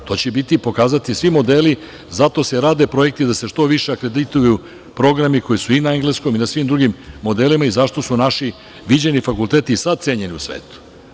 To će biti i pokazati svi modeli, zato se rade projekti da se što više akredituju programi koji su i na engleskom i na svim drugim modelima, i zašto su naši viđeni fakulteti i sada cenjeni u svetu.